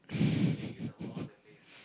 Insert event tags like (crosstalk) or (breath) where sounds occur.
(breath)